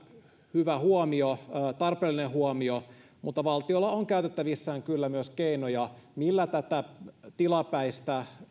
hyvä huomio tarpeellinen huomio mutta valtiolla on käytettävissään kyllä myös keinoja millä tätä tilapäistä